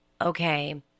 okay